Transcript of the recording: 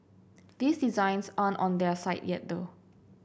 these designs aren't on their site yet though